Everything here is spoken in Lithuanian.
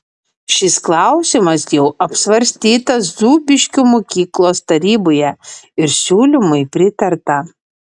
šis klausimas jau apsvarstytas zūbiškių mokyklos taryboje ir siūlymui pritarta